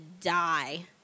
die